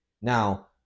Now